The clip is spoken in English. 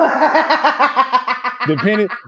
Depending